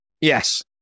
Yes